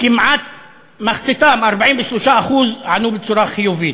כמעט מחציתן, 43%, ענו בחיוב.